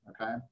okay